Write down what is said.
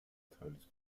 toilet